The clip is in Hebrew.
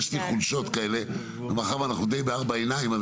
יש לי חולשות כאלה ומאחר ואנחנו די בארבע עיניים,